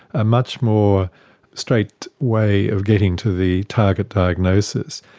a much more straight way of getting to the target diagnosis.